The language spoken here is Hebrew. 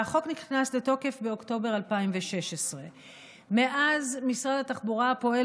החוק נכנס לתוקף באוקטובר 2016. מאז משרד התחבורה פועל